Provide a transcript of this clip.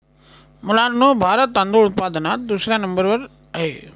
मुलांनो भारत तांदूळ उत्पादनात दुसऱ्या नंबर वर आहे